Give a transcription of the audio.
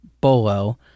Bolo